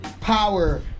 power